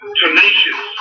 tenacious